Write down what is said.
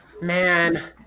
Man